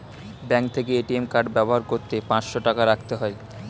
bank থেকে ATM card ব্যবহার করতে পাঁচশো টাকা রাখতে হয়